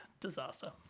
Disaster